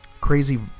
crazy